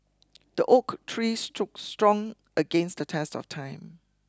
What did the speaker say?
the oak tree stood strong against the test of time